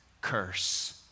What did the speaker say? curse